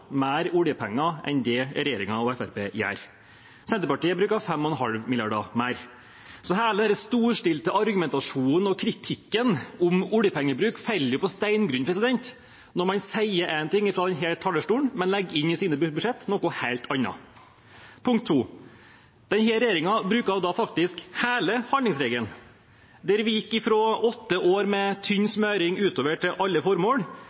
mer oljepenger enn det regjeringen og Fremskrittspartiet gjør. Senterpartiet bruker 5,5 mrd. kr mer. Så hele denne storstilte argumentasjonen og kritikken om oljepengebruk faller på steingrunn når man sier én ting fra denne talerstolen, men legger inn noe helt annet i sine budsjetter. For det andre: Denne regjeringen bruker faktisk hele handlingsregelen. Der vi gikk fra åtte år med tynn smøring utover til alle formål,